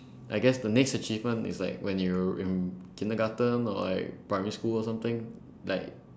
I guess the next achievement is like when you're in kindergarten or like primary school or something like